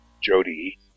Jody